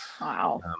Wow